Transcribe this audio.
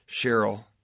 Cheryl